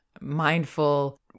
mindful